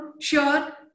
sure